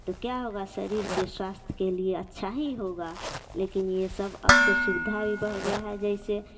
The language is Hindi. तो क्या होगा शरीर के स्वास्थ्य के लिए अच्छा ही होगा लेकिन ये सब अब तो सुविधा भी बढ़ गया है जैसे